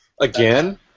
Again